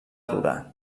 durar